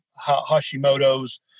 Hashimoto's